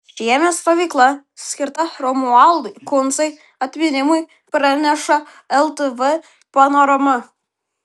šiemet stovykla skirta romualdui kuncai atminimui praneša ltv panorama